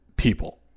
people